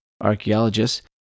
archaeologists